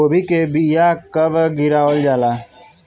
गोभी के बीया कब गिरावल जाला?